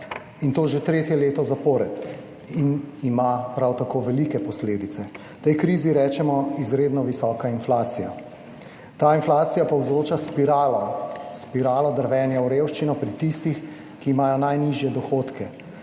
in to že tretje leto zapored, in ima prav tako velike posledice. Tej krizi rečemo izredno visoka inflacija. Ta inflacija povzroča spiralo, spiralo drvenja v revščino pri tistih, ki imajo najnižje dohodke.